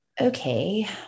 okay